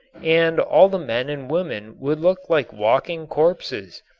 and all the men and women would look like walking corpses.